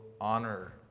honor